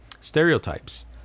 stereotypes